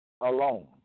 alone